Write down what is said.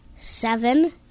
Seven